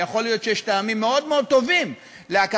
ויכול להיות שיש טעמים מאוד מאוד טובים להקמתה,